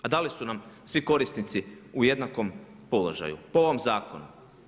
A da li su nam svi korisnici u jednakom položaju po ovom zakonu?